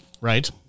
right